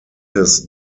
his